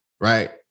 Right